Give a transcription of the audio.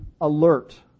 alert